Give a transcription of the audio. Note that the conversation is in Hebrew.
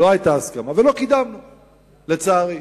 לא היתה הסכמה ולא קידמנו, לצערי.